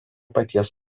paties